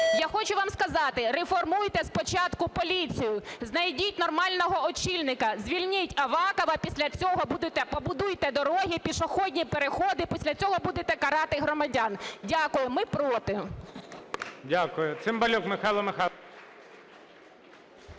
Я хочу вам сказати: реформуйте спочатку поліцію, знайдіть нормального очільника, звільніть Авакова, а після цього будете… побудуйте дороги і пішохідні переходи, а після цього будете карати громадян. Дякую. Ми проти. Веде засідання Голова